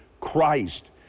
Christ